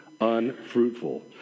unfruitful